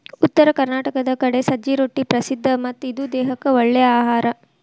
ಉತ್ತರ ಕರ್ನಾಟಕದ ಕಡೆ ಸಜ್ಜೆ ರೊಟ್ಟಿ ಪ್ರಸಿದ್ಧ ಮತ್ತ ಇದು ದೇಹಕ್ಕ ಒಳ್ಳೇ ಅಹಾರಾ